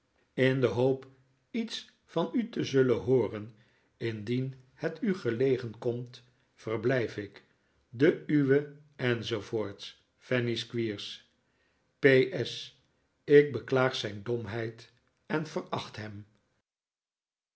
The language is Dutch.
in de hoop iets van u te zullen hooren indien het u gelegen komt verblijf ik de uwe enz fanny squeers p s ik beklaag zijn domheid en veracht hem